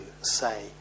say